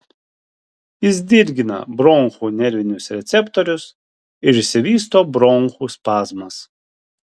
jis dirgina bronchų nervinius receptorius ir išsivysto bronchų spazmas